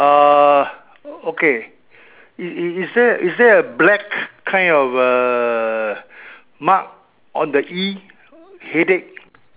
uh okay is is is there is there a black kind of a err mark on the E headache